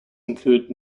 included